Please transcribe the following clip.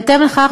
בהתאם לכך,